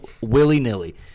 willy-nilly